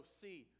see